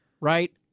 right